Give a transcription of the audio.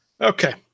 Okay